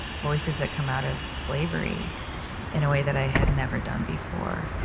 voices that come out of slavery in a way that i had never done before,